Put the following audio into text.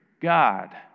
God